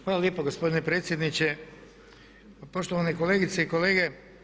Hvala lijepa gospodine predsjedniče, poštovane kolegice i kolege.